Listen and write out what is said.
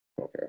Okay